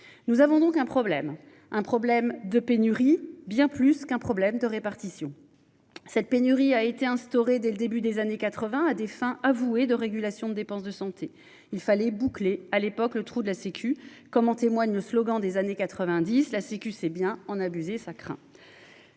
Nous avons donc un problème, un problème de pénurie. Bien plus qu'un problème de répartition. Cette pénurie a été instauré dès le début des années 80 à des fins. De régulation de dépenses de santé, il fallait boucler à l'époque, le trou de la Sécu, comme en témoigne le slogan des années 90, la Sécu c'est bien, en abuser ça craint.